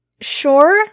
Sure